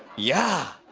yeah!